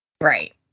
Right